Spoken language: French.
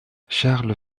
charles